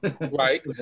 Right